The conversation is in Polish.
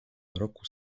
mroku